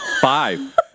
Five